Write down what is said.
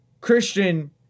Christian